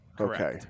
okay